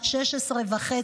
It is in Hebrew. בת 16 וחצי,